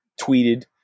tweeted